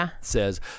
says